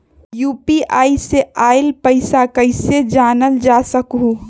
UPI से आईल पैसा कईसे जानल जा सकहु?